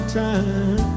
time